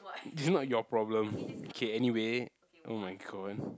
it's not your problem okay anyway oh-my-god